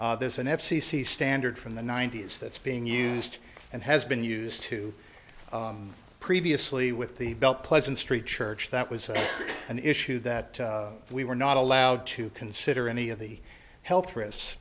there's an f c c standard from the ninety's that's being used and has been used to previously with the belt pleasant street church that was an issue that we were not allowed to consider any of the health risks